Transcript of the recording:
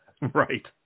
Right